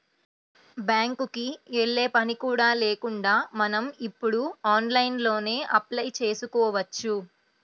బ్యేంకుకి యెల్లే పని కూడా లేకుండా మనం ఇప్పుడు ఆన్లైన్లోనే అప్లై చేసుకోవచ్చు